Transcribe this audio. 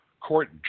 court